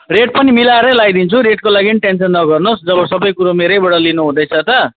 rate पनि मिलाएरै लाइदिन्छु रेटको लागि पनि टेनसन नगर्नुहोस् जब सबै कुरो मेरैबाट लिनुहुँदैछ त